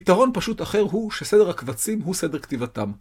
יתרון פשוט אחר הוא שסדר הקבצים הוא סדר כתיבתם.